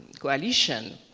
coalition.